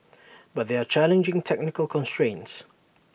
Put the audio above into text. but there are challenging technical constrains